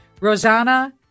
Rosanna